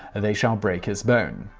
they shall break his bone.